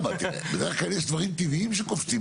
בדרך כלל יש דברים טבעיים שקופצים,